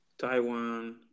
Taiwan